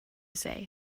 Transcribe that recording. say